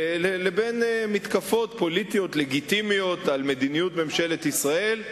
לבין מתקפות פוליטיות לגיטימיות על מדיניות ממשלת ישראל,